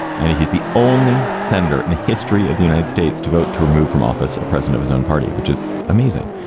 and he's the only senator in the history of the united states to vote to remove from office a president, his own party, which is amazing.